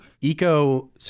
ECO